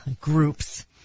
groups